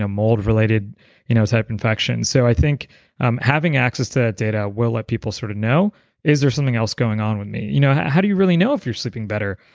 ah mold related you know type infection. so i think having access to that data will let people sort of know is there something else going on with me? you know how do you really know if you're sleeping better?